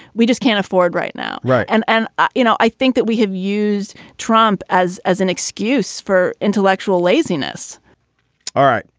we just can't afford right now. right. and and ah you know i think that we have used trump as as an excuse for intellectual laziness all right.